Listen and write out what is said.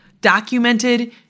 documented